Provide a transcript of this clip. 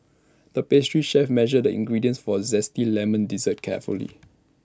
the pastry chef measured the ingredients for A Zesty Lemon Dessert carefully